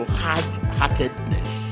hard-heartedness